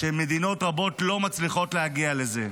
מדינות רבות לא מצליחות להגיע לזה.